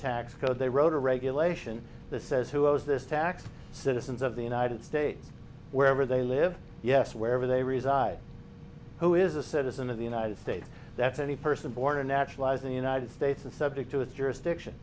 tax code they wrote a regulation says who as this tax citizens of the united states wherever they live yes wherever they reside who is a citizen of the united states that any person born or naturalized in the united states and subject to its jurisdiction